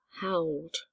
howled